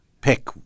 pick